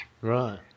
Right